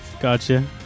Gotcha